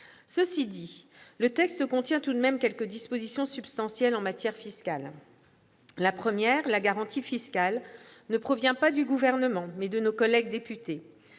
supprimé. Le texte contient tout de même quelques dispositions substantielles en matière fiscale. La première, la « garantie fiscale », provient non pas du Gouvernement mais de nos collègues députés.